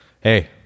Hey